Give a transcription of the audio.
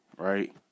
right